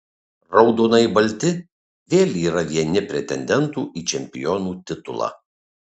raudonai balti vėl yra vieni pretendentų į čempionų titulą